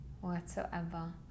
whatsoever